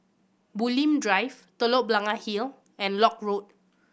Bulim Drive Telok Blangah Hill and Lock Road